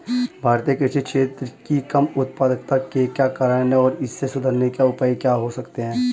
भारतीय कृषि क्षेत्र की कम उत्पादकता के क्या कारण हैं और इसे सुधारने के उपाय क्या हो सकते हैं?